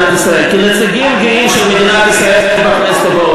כנציגים גאים של מדינת ישראל בכנסת.